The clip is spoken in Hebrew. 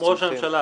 גם ראש הממשלה.